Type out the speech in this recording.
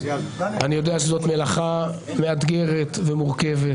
אני יודע שזאת מלאכה מאתגרת ומורכבת.